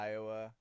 Iowa